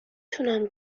تونم